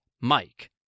Mike